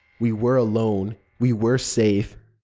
we were alone. we were safe.